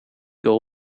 goal